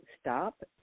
stop